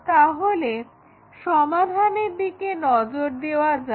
তাহলে সমাধানের দিকে নজর দেওয়া যাক